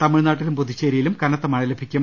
തമിഴ്നാട്ടിലും പുതുച്ചേരി യിലും കനത്ത മഴ ലഭിക്കും